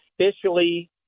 officially